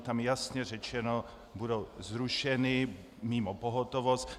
Je tam jasně řečeno: budou zrušeny mimo pohotovost.